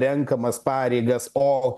renkamas pareigas o